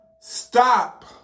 stop